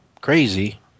crazy